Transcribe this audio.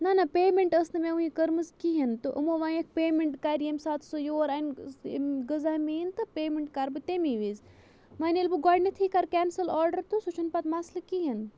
نہَ نہَ پیمنٛٹ ٲسۍ نہٕ مےٚ وُنہِ کٔرمٕژ کِہیٖنۍ تہٕ یِمو وَنیَکھ پیٮ۪نٛٹ کَرِ ییٚمہِ سُہ یور اَنہِ غذا میٲنۍ تہٕ پیٮ۪نٛٹ کَرٕ بہٕ تَمی وِزِ وۅنۍ ییٚلہِ بہٕ گۄڈٕنٮ۪تھٕے کَرٕ کٮینسَل آرڈَر تہٕ سُہ چھُنہٕ پَتہٕ مَسلہٕ کِہیٖنۍ